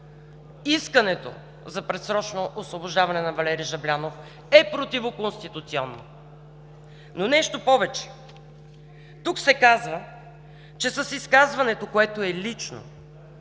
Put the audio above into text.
Искането за предсрочно освобождаване на Валери Жаблянов е противоконституционно. Нещо повече, тук се казва, че с изказването, което е лично,